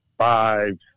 five